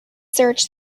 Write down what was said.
search